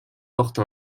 porte